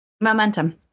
Momentum